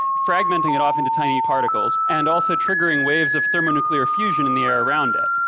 fragmenting it off into tiny particles, and also triggering waves of thermonuclear fusion in the air around it.